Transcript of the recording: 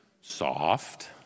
Soft